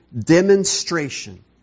demonstration